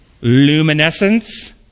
Luminescence